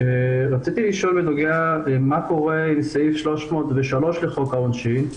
רציתי לשאול מה קורה עם סעיף 303 לחוק העונשין,